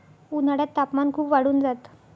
उन्हाळ्यात तापमान खूप वाढून जात